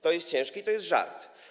To jest ciężkie i to jest żart.